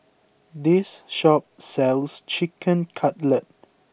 this shop sells Chicken Cutlet